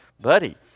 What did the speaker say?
buddy